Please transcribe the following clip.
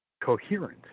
coherent